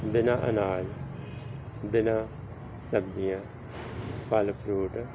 ਬਿਨਾਂ ਅਨਾਜ ਬਿਨਾਂ ਸਬਜ਼ੀਆਂ ਫਲ ਫਰੂਟ